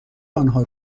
آنها